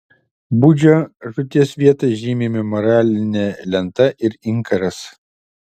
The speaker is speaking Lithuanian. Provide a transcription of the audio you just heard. budžio žūties vietą žymi memorialinė lenta ir inkaras